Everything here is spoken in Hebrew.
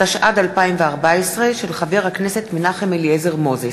התשע"ד 2014, של חבר הכנסת מנחם אליעזר מוזס.